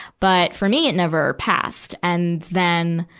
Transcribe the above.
but, for me, it never passed. and then,